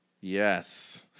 Yes